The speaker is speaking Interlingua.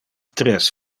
tres